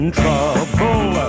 trouble